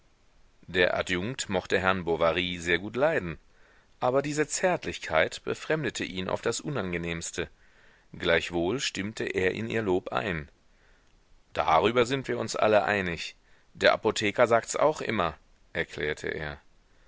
der adjunkt mochte herrn bovary sehr gut leiden aber diese zärtlichkeit befremdete ihn auf das unangenehmste gleichwohl stimmte er in ihr lob ein darüber sind wir uns alle einig der apotheker sagts auch immer erklärte er